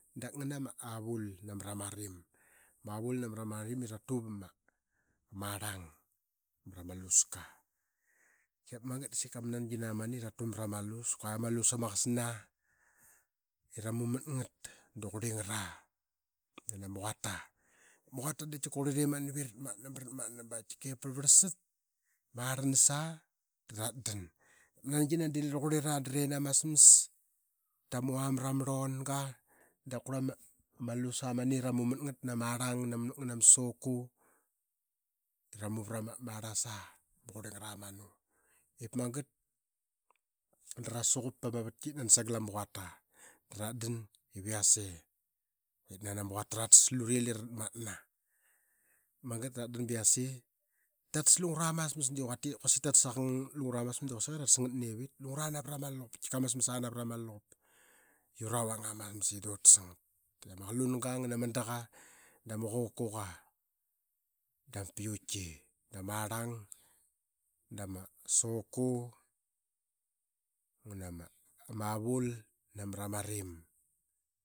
Dap nganama avul namarama arim. Avul namarama rim ira tuvama arlang marama aluska ip magat de seka ma nangina manu eratu maramalus. Kua yamas lus ama qasna era mamut ngat da qurlingara nana ma quata. Ma quata de tika qurlira imanap i ratmatna ba ratmatna tika ip parlvarlsat. Marlanas aa dara dan dap ma nangina delira qurlira dara nin ama smas. Tamu aa marama rlonga dap kurla ma lus amanu era mu matgat nania arlang ngana ma soku. Da ra mu varama arlas aa ba qurli ngara manu dep magat da ra sugap pama vatki sagal ama quata. Da ratdaniv yase ip minni ama quata ratas i lira ratmatna. Magat da ra dan ba yase tatas lungura masmasquati quasik tatas aqang lungra nia smas de quasik ee statsngatnevipt. Lungra navra ma luvup tika. Ma smas aa navra ma luvup ee ura vanga ma smas i du tas ngat. I ama qalunga angan ama daqa da ma qokua da ma pioutki da ma arlang dama soku ngana ma avul namrama arim